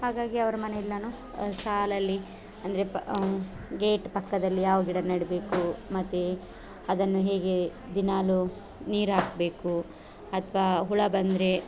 ಹಾಗಾಗಿ ಅವರ ಮನೆಯಲ್ಲಿ ನಾನು ಸಾಲಲ್ಲಿ ಅಂದರೆ ಪ ಗೇಟ್ ಪಕ್ಕದಲ್ಲಿ ಯಾವ ಗಿಡ ನೆಡ್ಬೇಕು ಮತ್ತು ಅದನ್ನು ಹೇಗೆ ದಿನಾಲು ನೀರು ಹಾಕಬೇಕು ಅಥ್ವಾ ಹುಳು ಬಂದರೆ